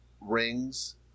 rings